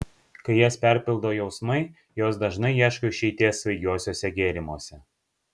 kai jas perpildo jausmai jos dažnai ieško išeities svaigiuosiuose gėrimuose